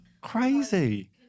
crazy